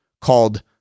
called